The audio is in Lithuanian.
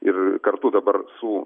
ir kartu dabar su